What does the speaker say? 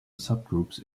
subgroups